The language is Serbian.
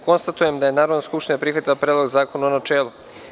Konstatujem da je Narodna skupština prihvatila Predlog zakona, u načelu.